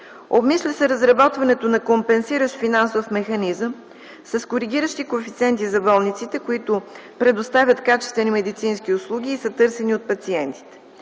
Обмисля се разработването на компенсиращ финансов механизъм с коригиращи коефициенти за болниците, които предоставят качествени медицински услуги и са търсени от пациентите.